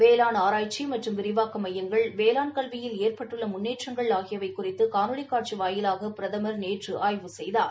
வேளாண் ஆராய்ச்சி மற்றும் விரிவாக்க மையங்கள் வேளாண் கல்வியில் ஏற்பட்டுள்ள முன்னேற்றங்கள் குறித்து காணொலிக் காட்சி வாயிலாக பிரதமர் நேற்று ஆய்வு செய்தார்